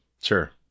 Sure